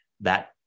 that-